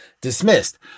dismissed